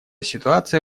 ситуация